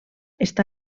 està